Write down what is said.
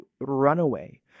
Runaway